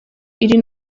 iri